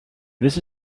this